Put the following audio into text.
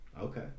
Okay